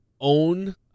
own